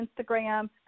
Instagram